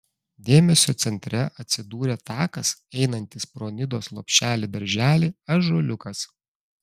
dėmesio centre atsidūrė takas einantis pro nidos lopšelį darželį ąžuoliukas